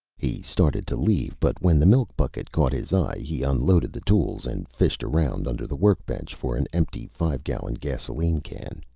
he started to leave but when the milk bucket caught his eye, he unloaded the tools and fished around under the workbench for an empty five-gallon gasoline can.